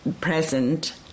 present